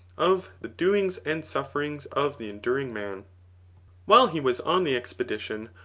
of the doings and sufferings of the enduring man while he was on the expedition.